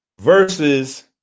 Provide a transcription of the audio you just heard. versus